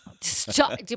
Stop